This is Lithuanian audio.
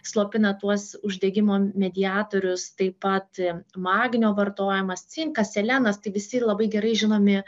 slopina tuos uždegimo mediatorius taip pat magnio vartojimas cinkas selenas tai visi labai gerai žinomi